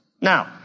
Now